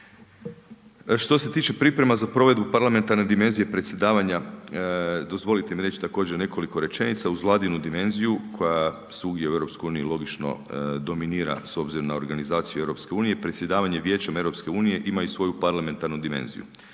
Što se tiče priprema za provedbu parlamentarne dimenzije predsjedavanja dozvolite mi reći također nekoliko rečenica. Uz Vladinu dimenziju koja svugdje u EU logično dominira s obzirom na organizaciju EU, predsjedavanje Vijećem EU ima i svoju parlamentarnu dimenziju